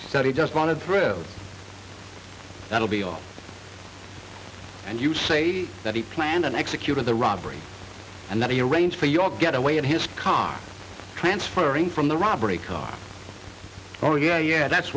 study just wanted through that'll be all and you say that he planned and executed the robbery and that he arranged for you all get away of his car transferring from the robbery car oh yeah yeah that's